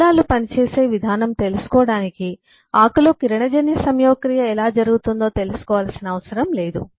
మూలాలు పనిచేసే విధానం తెలుసుకోవడానికి ఆకులో కిరణజన్య సంయోగక్రియ ఎలా జరుగుతుందో తెలుసుకోవలసిన అవసరం లేదు